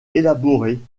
élaborée